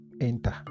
enter